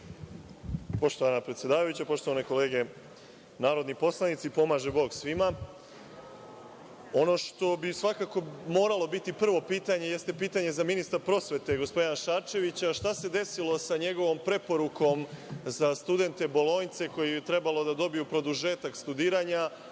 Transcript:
Poštovana predsedavajuća, poštovane kolege narodni poslanici, pomaže Bog svima. Ono što bi svakako moralo biti prvo pitanje jeste pitanje za ministra prosvete gospodina Šarčevića. Šta se desilo sa njegovom preporukom za studente bolonjce koji su trebali da dobiju produžetak studiranja,